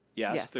yeah. yes.